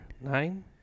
nine